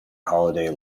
holiday